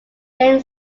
jain